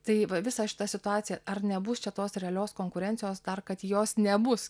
tai va visa šita situacija ar nebus čia tos realios konkurencijos dar kad jos nebus